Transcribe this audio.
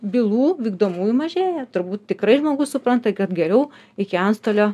bylų vykdomųjų mažėja turbūt tikrai žmogus supranta kad geriau iki antstolio